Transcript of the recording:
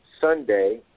Sunday